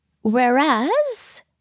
Whereas